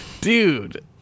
Dude